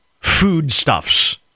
foodstuffs